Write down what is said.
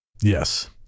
Yes